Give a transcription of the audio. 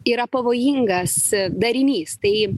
yra pavojingas darinys tai